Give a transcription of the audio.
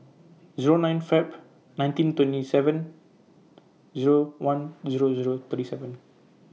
Zero nine February nineteen twenty seven Zero one Zero Zero thirty seven